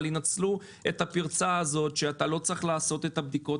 אבל ינצלו את הפרצה הזאת שאתה לא צריך לעשות את הבדיקות,